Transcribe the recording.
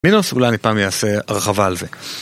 מינוס, אולי אני פעם אעשה הרחבה על זה.